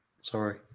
Sorry